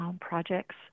projects